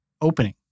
opening